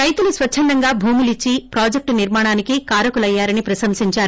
రైతులు స్వచ్చందంగా భూములిచ్చి ప్రాజెక్టు నిర్మాణానికి కారకులయ్యారని ప్రశంసించారు